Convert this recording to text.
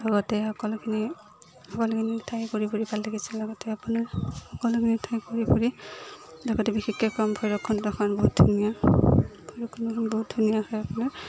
লগতে সকলোখিনি সকলোখিনি ঠাই ঘূৰি ফুৰি ভাল লাগিছে লগতে আপোনাৰ সকলোখিনি ঠাই ঘূৰি ফুৰি লগতে বিশেষকৈ ক'ম ভৈৰৱকুণ্ডখন বহুত ধুনীয়া ভৈৰৱকুণ্ডখন বহুত ধুনীয়া হয় আপোনাৰ